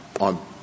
on